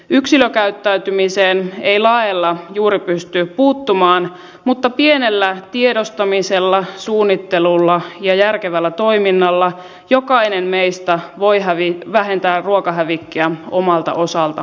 yksilökäyttäytymiseen ei laeilla juuri pystytä puuttumaan mutta pienellä tiedostamisella suunnittelulla ja järkevällä toiminnalla jokainen meistä voi vähentää ruokahävikkiä omalta osaltamme